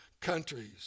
countries